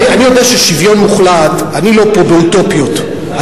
יודע ששוויון מוחלט, אני פה לא באוטופיות.